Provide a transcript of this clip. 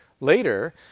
later